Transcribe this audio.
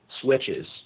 switches